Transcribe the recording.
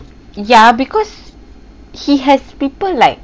ya because he has people like